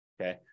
okay